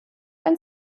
ein